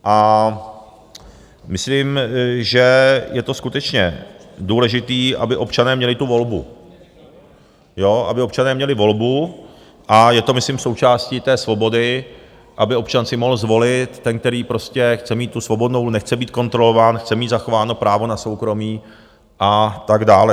A myslím, že je to skutečně důležitý, aby občané měli tu volbu, aby občané měli volbu a je to, myslím, součástí té svobody, aby občan si mohl zvolit ten, který prostě chce mít tu svobodnou, nechce být kontrolován, chce mít zachováno právo na soukromí atd.